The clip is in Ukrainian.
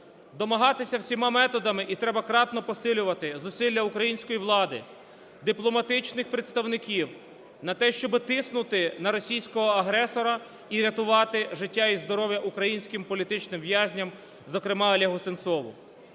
Домагатися всіма методами, і треба кратно посилювати зусилля української влади, дипломатичних представників на те, щоби тиснути на російського агресора і рятувати життя і здоров'я українським політичним в'язням, зокрема, Олегу Сенцову.